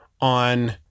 on